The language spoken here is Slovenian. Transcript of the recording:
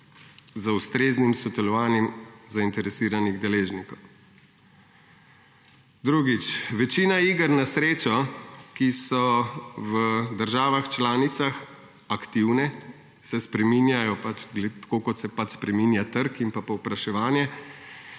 z ustreznim sodelovanjem zainteresiranih deležnikov. Drugič. Večino iger na srečo, ki so v državah članicah aktivne in se spreminjajo, tako kot se pač spreminjata trg in povpraševanje,